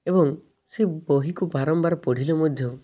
ଏବଂ ସେ ବହିକୁ ବାରମ୍ବାର ପଢ଼ିଲେ ମଧ୍ୟ